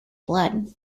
blood